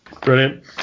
Brilliant